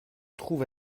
trouve